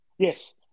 Yes